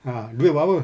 ah duit buat apa